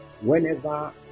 whenever